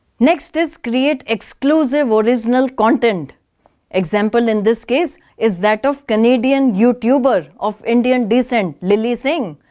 next is create exclusive original content example, in this case, is that of canadian youtuber of indian descent, lilly singh,